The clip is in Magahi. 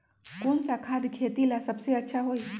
कौन सा खाद खेती ला सबसे अच्छा होई?